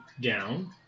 down